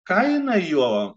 kaina jo